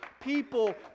People